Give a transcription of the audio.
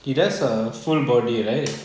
he does uh full body right